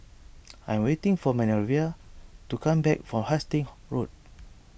I'm waiting for Manervia to come back from Hastings Road